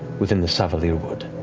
within the savalirwood.